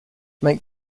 make